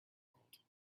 world